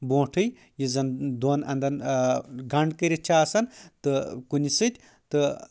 بونٛٹھٕے یُس زن دۄن انٛدن گنٛڈ کٔرِتھ چھِ آسان تہٕ کُنہِ سۭتۍ تہٕ